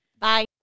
Bye